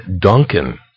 Duncan